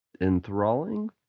enthralling